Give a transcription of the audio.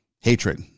hatred